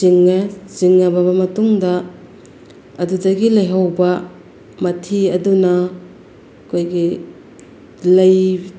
ꯆꯤꯡꯉꯦ ꯆꯤꯡꯉꯕ ꯃꯇꯨꯡꯗ ꯑꯗꯨꯗꯒꯤ ꯂꯩꯍꯧꯕ ꯃꯊꯤ ꯑꯗꯨꯅ ꯑꯩꯈꯣꯏꯒꯤ ꯂꯩ